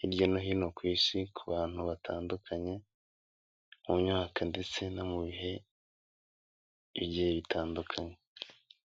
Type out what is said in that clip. hirya no hino ku isi, ku bantu batandukanye, mu myaka ndetse no mu bihe, bigiye bitandukanye.